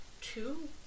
Two